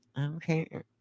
Okay